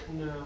No